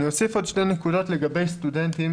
אני אוסיף עוד שתי נקודות לגבי סטודנטים.